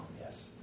Yes